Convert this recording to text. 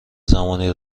زمانی